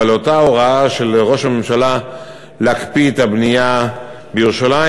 אבל אותה הוראה של ראש הממשלה להקפיא את הבנייה בירושלים,